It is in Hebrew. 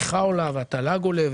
הצמיחה עולה והתל"ג עולה,